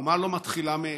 אומה לא מתחילה מאפס,